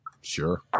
Sure